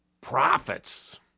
profits